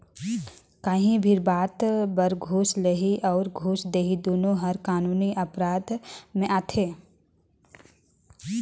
काहीं भी बात बर घूस लेहई अउ घूस देहई दुनो हर कानूनी अपराध में आथे